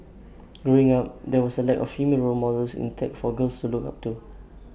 growing up there was A lack of female role models in tech for girls to look up to